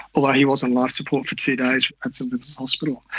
although he was on life support for two days at st vincent's hospital.